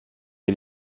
est